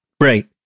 Right